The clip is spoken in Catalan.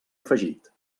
afegit